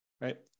right